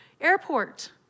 airport